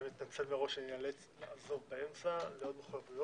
אני מתנצל מראש שאני איאלץ לעזוב באמצע לעוד מחויבויות.